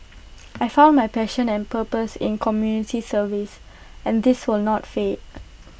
I found my passion and purpose in community service and this will not fade